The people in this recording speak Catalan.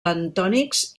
bentònics